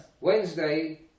Wednesday